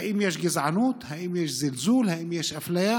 האם יש גזענות, האם יש זלזול, האם יש אפליה?